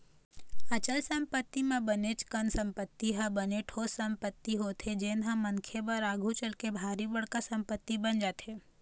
अचल संपत्ति म बनेच कन संपत्ति ह बने ठोस संपत्ति होथे जेनहा मनखे बर आघु चलके भारी बड़का संपत्ति बन जाथे